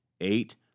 Eight